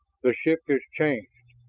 the ship is changed.